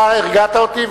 אתה הרגעת אותי,